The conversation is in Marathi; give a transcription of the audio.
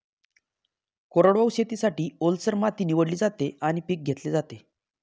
कोरडवाहू शेतीसाठी, ओलसर माती निवडली जाते आणि पीक घेतले जाते